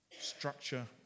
structure